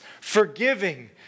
forgiving